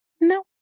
No